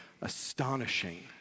astonishing